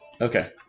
Okay